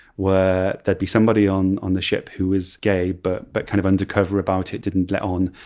where there'd be somebody on on the ship who was gay but but kind of undercover about it, didn't let on.